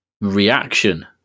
reaction